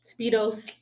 Speedos